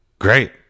Great